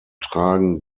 tragen